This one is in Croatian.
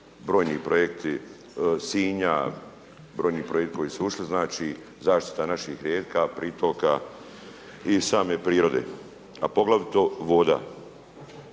brojni projekti Sinja, brojni projekti koji su ušli, znači zaštita naših rijeka, pritoka i same prirode a poglavito voda.